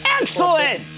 Excellent